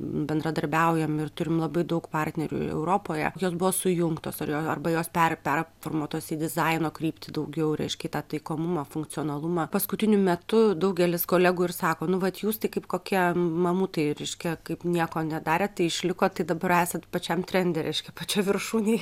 bendradarbiaujam ir turim labai daug partnerių europoje jos buvo sujungtos arar arba jos per performuotos į dizaino kryptį daugiau reiškia į tą taikomumą funkcionalumą paskutiniu metu daugelis kolegų ir sako nu vat jūs tai kaip kokie mamutai reiškia kaip nieko nedarėt tai išlikot tai dabar esat pačiam trende reiškia pačioj viršūnėj